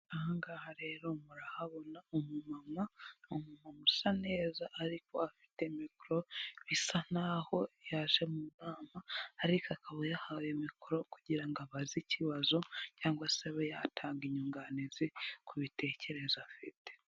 Aha ngaha rero murahabona umumama ni umuntu usa neza ariko afite mikoro bisa nkaho yaje mu nama ariko akaba yahawe mikoro kugira ngo abaze ikibazo cyangwa se abe yatanga inyunganizi kubitekerezo afite.